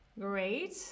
Great